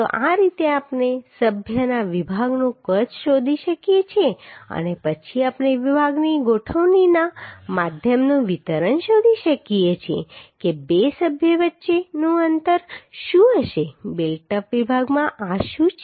તો આ રીતે આપણે સભ્યના વિભાગનું કદ શોધી શકીએ છીએ અને પછી આપણે વિભાગની ગોઠવણીના માધ્યમનું વિતરણ શોધી શકીએ છીએ કે બે સભ્યો વચ્ચેનું અંતર શું હશે બિલ્ટ અપ વિભાગમાં આ શું છે